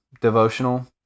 devotional